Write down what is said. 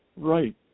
Right